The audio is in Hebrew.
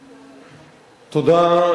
תודה.